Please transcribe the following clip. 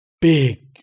big